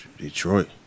Detroit